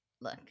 look